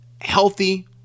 healthy